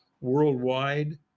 worldwide